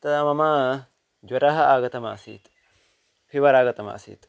तदा मम ज्वरः आगतमासीत् फीवर् आगतम् आसीत्